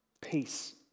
peace